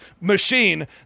machine